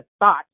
thought